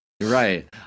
Right